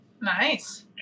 Nice